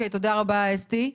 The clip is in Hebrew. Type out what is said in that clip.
תודה רבה אסתי.